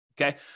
okay